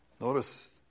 Notice